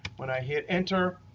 when i hit enter,